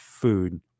food